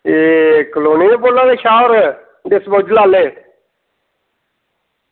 एह् कॉलोनी दा बोला दे शाह् होर डिस्पोजेबल आह्ले